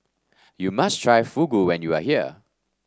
you must try Fugu when you are here